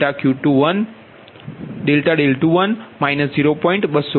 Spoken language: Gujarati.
426 એ ΔP2છે ΔP3 આ છે સાથે તમે 21 0